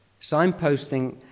Signposting